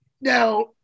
now